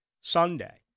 Sunday